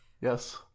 Yes